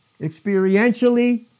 experientially